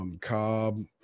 Cobb